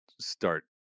start